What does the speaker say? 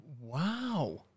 Wow